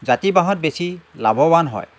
জাতি বাঁহত বেছি লাভৱান হয়